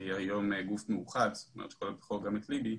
שהיא היום גוף מאוחד שכולל בתוכו גם את לב"י,